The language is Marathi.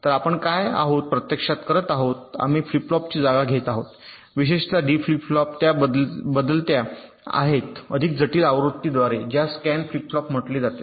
तर आपण काय आहोत प्रत्यक्षात करत आहोत आम्ही फ्लिप फ्लॉपची जागा घेत आहोत विशेषत डी फ्लिप फ्लॉप त्या बदलल्या आहेत अधिक जटिल आवृत्तीद्वारे ज्यास स्कॅन फ्लिप फ्लॉप म्हटले जाते